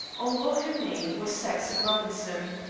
although her name was saxon robinson.